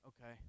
okay